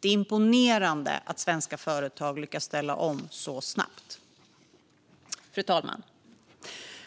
Det är imponerande att svenska företag lyckas ställa om så snabbt. Fru talman!